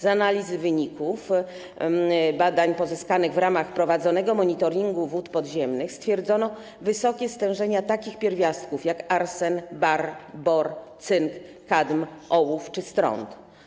Z analizy wyników badań pozyskanych w ramach prowadzonego monitoringu wód podziemnych stwierdzono wysokie stężenia takich pierwiastków jak arsen, bar, bor, cynk, kadm, ołów czy stront.